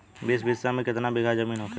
बीस बिस्सा में कितना बिघा जमीन होखेला?